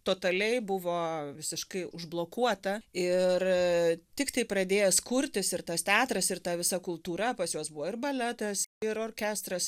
totaliai buvo visiškai užblokuota ir tiktai pradėjęs kurtis ir tas teatras ir ta visa kultūra pas juos buvo ir baletas ir orkestras